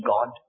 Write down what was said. God